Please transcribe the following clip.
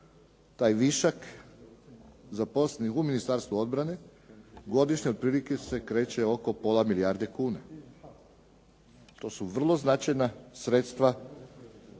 taj višak zaposlenih u Ministarstvu obrane godišnje otprilike se kreće oko pola milijarde kuna. To su vrlo značajna sredstva,